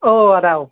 औ आदा औ